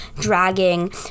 dragging